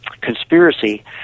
conspiracy